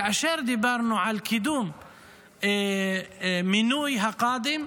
כאשר דיברנו על קידום מינוי הקאדים,